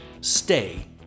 stay